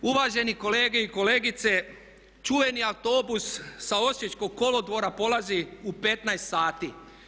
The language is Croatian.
Uvaženi kolege i kolegice čuveni autobus sa osječkog kolodvora polazi u 15 sati.